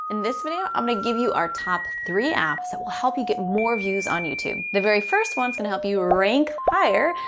in this video, i'm gonna give you our top three apps that will help you get more views on youtube. the very first one's gonna help you rank higher.